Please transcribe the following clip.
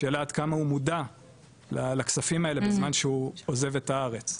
השאלה עד כמה הוא מודע לכספים האלה בזמן שהוא עוזב את הארץ.